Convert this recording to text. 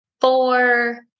four